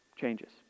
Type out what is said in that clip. changes